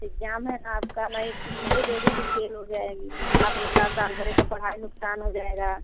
exam है ना आपका मई नहीं दोगी तो फैल हो जाएगी आप उसका साल भर की पढ़ाई नुक़सान हो जाएगा